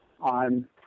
on